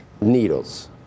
needles